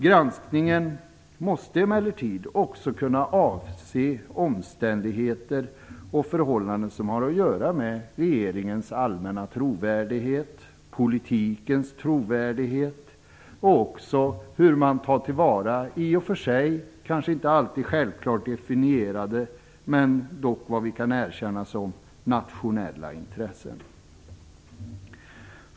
Granskningen måste emellertid också kunna avse omständigheter och förhållanden som har att göra med regeringens allmänna trovärdighet, politikens trovärdighet och också hur man tar tillvara i och för sig kanske inte alltid självklart definierade men dock vad vi kan erkänna som nationella intressen.